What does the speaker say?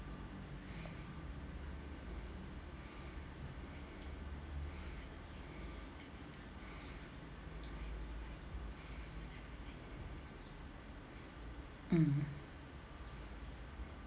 mm